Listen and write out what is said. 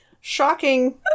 Shocking